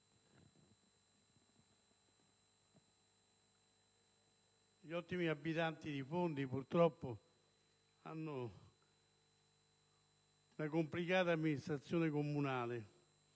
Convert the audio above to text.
gli ottimi abitanti di Fondi purtroppo hanno una complicata amministrazione comunale,